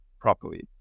properly